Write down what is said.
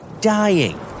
dying